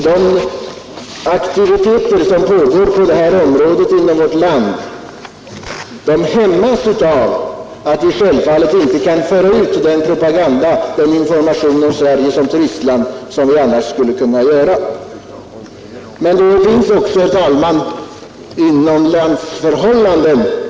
De aktiviteter som pågår på turismens område i vårt land hämmas av att vi inte kan föra ut informationen om Sverige som turistland så som vi annars skulle kunna göra. Men det skulle också behövas bättre propaganda inom landet.